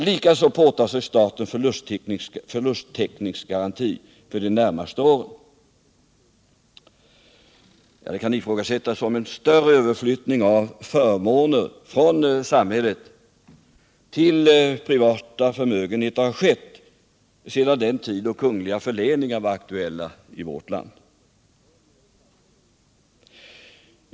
Likaså påtar sig staten förlusttäckningsgaranti för de närmaste åren. Det kan ifrågasättas om en större överflyttning av förmåner från samhället till privatförmögenheter skett sedan den tid då kungliga förläningar var aktuella i vårt land.